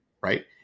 Right